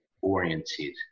oriented